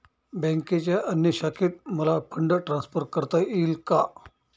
बँकेच्या अन्य शाखेत मला फंड ट्रान्सफर करता येईल का?